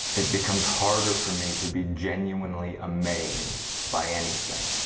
it becomes harder for me to be genuinely amazed by anything.